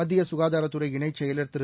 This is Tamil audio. மத்தியசுகாதாரத்துறை இணைச் செயவர் திரு